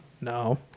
No